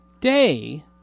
day